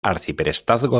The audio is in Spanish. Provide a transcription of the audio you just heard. arciprestazgo